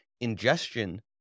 ingestion